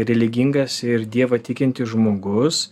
religingas ir dievą tikintis žmogus